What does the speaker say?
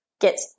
get